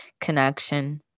connection